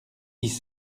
dix